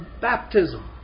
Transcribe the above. baptism